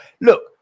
Look